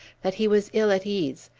that he was ill at ease,